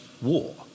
war